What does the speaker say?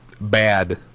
Bad